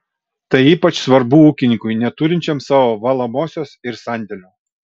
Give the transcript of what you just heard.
tai ypač svarbu ūkininkui neturinčiam savo valomosios ir sandėlio